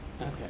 Okay